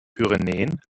pyrenäen